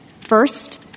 First